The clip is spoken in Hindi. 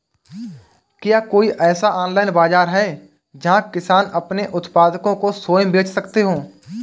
क्या कोई ऐसा ऑनलाइन बाज़ार है जहाँ किसान अपने उत्पादकों को स्वयं बेच सकते हों?